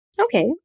Okay